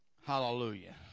hallelujah